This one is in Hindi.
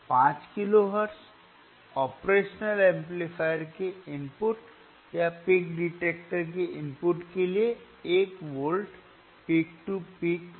5 किलोहर्ट्ज़ ऑपरेशनल एम्पलीफायर के इनपुट या पीक डिटेक्टर के इनपुट के लिए 1 वोल्ट पीक तू पीक में